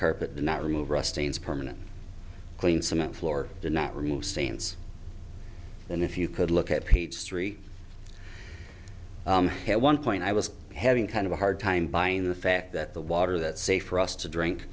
carpet not remove rustan's permanent clean cement floor did not remove stains and if you could look at page three at one point i was having kind of a hard time buying the fact that the water that's safe for us to drink